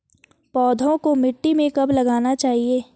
पौधों को मिट्टी में कब लगाना चाहिए?